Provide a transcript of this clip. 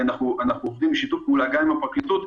אבל בגדול אנחנו עובדים בשיתוף פעולה גם עם הפרקליטות,